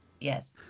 yes